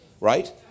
Right